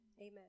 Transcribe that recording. Amen